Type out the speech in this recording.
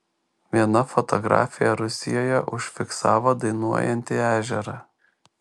viena fotografė rusijoje užfiksavo dainuojantį ežerą